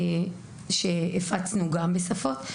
שהפצנו אותה גם בשפות.